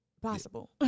possible